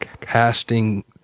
casting